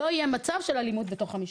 לא יהיה מצב של אלימות בתוך המשפחה.